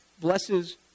blesses